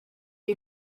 you